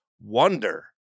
wonder